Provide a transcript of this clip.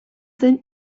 zen